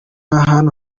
ahantu